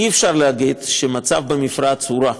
אי-אפשר להגיד שהמצב במפרץ הוא רע.